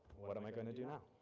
what am i going to do now?